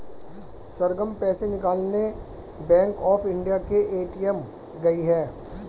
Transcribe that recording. सरगम पैसे निकालने bank of India के ए.टी.एम गई है